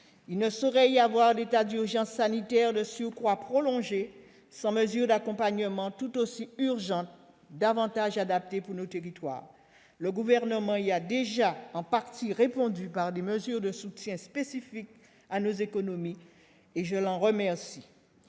Il ne saurait y avoir d'état d'urgence sanitaire- de surcroît prolongé -sans mesures d'accompagnement tout aussi urgentes, davantage adaptées à nos territoires. Le Gouvernement y a déjà en partie répondu par des mesures de soutien spécifiques à nos économies et je l'en remercie.